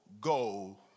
go